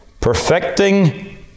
perfecting